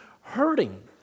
hurting